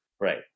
right